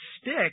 stick